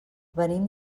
venim